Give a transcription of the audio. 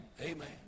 Amen